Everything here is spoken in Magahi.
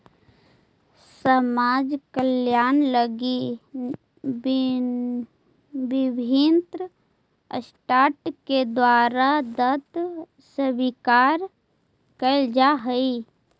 समाज कल्याण लगी विभिन्न ट्रस्ट के द्वारा दांत स्वीकार कैल जा हई